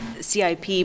cip